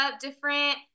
different